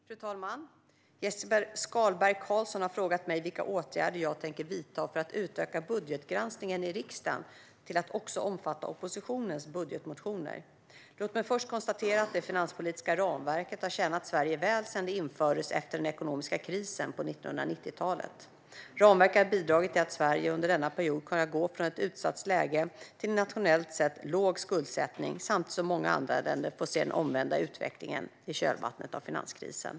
Fru talman! Jesper Skalberg Karlsson har frågat mig vilka åtgärder jag tänker vidta för att utöka budgetgranskningen i riksdagen till att också omfatta oppositionens budgetmotioner. Låt mig först konstatera att det finanspolitiska ramverket har tjänat Sverige väl sedan det infördes efter den ekonomiska krisen på 1990-talet. Ramverket har bidragit till att Sverige under denna period kunnat gå från ett utsatt läge till en internationellt sett låg skuldsättning samtidigt som många andra länder fått se den omvända utvecklingen i kölvattnet av finanskrisen.